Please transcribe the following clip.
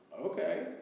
okay